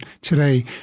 today